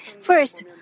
First